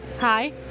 hi